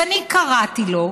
ואני קראתי לו,